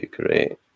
great